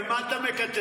על מה אתה מקטר?